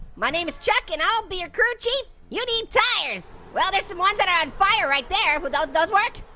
my name is chuck and i'll be your crew chief. you need tires! well, there's some ones that are on fire right there. would those work?